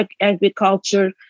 agriculture